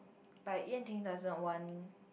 but Yan-Ting doesn't want